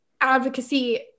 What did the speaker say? advocacy